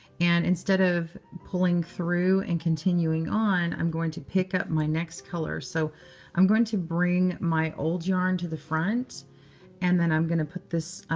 and instead of pulling through and continuing on, i'm going to pick up my next color. so i'm going to bring my old yarn to the front and then i'm going to put this